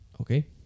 Okay